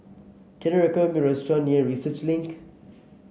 can you recommend me a restaurant near Research Link